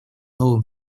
новым